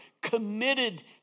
committed